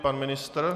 Pan ministr?